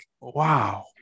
wow